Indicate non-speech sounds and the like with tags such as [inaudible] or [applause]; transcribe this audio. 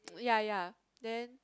[noise] ya ya then